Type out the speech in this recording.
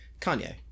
Kanye